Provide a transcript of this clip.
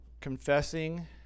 confessing